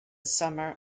summer